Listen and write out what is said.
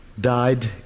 died